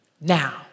now